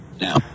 Now